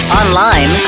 online